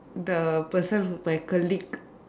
the person who my colleague